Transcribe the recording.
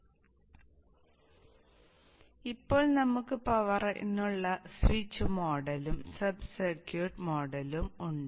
അതിനാൽ ഇപ്പോൾ നമുക്ക് പവറിനുള്ള സ്വിച്ച് മോഡലും സബ് സർക്യൂട്ട് മോഡലും ഉണ്ട്